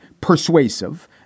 persuasive